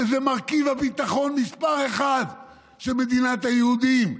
שזה מרכיב הביטחון מס' אחת של מדינת היהודים,